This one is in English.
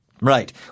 Right